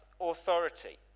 authority